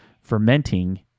fermenting